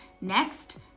next